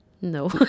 No